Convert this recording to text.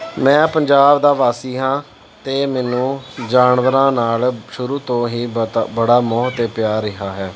ਮੈਂ ਪੰਜਾਬ ਦਾ ਵਾਸੀ ਹਾਂ ਅਤੇ ਮੈਨੂੰ ਜਾਨਵਰਾਂ ਨਾਲ ਸ਼ੁਰੂ ਤੋਂ ਹੀ ਬੜਾ ਬੜਾ ਮੋਹ ਅਤੇ ਪਿਆਰ ਰਿਹਾ ਹੈ